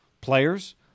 Players